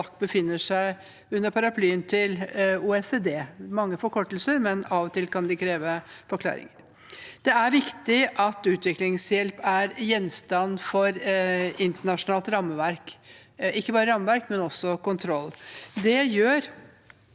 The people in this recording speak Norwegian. befinner seg under paraplyen til OECD. Det er mange forkortelser, og av og til kan de kreve forklaring. Det er viktig at utviklingshjelp er gjenstand for ikke bare internasjonalt rammeverk, men også kontroll. Det gjør